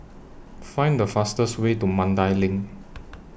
Find The fastest Way to Mandai LINK